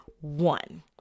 one